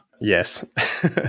Yes